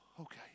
okay